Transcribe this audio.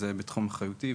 זה בתחום אחריותי,